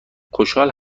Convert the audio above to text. خوشحال